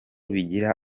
bigira